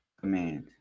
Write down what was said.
command